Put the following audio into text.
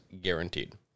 guaranteed